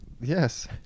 Yes